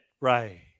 Right